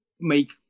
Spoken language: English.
make